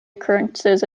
occurrences